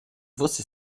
fosse